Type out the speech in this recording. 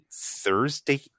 Thursday